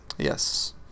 Yes